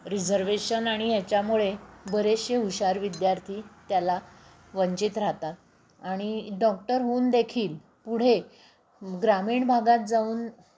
reservation आणि याच्यामुळे बरेचसे हुशार विद्यार्थी त्याला वंचित राहतात आणि डॉक्टर होऊन देखील पुढे ग्रामीण भागात जाऊन